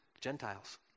Gentiles